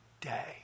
day